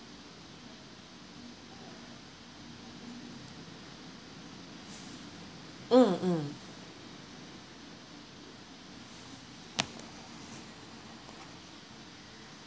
mm mm